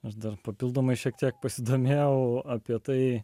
aš dar papildomai šiek tiek pasidomėjau apie tai